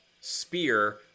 spear